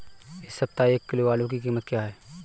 इस सप्ताह एक किलो आलू की कीमत क्या है?